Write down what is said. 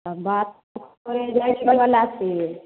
हम बात करै नय छोड़य बला छिअय